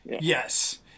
Yes